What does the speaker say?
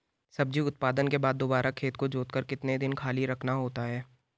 सब्जी उत्पादन के बाद दोबारा खेत को जोतकर कितने दिन खाली रखना होता है?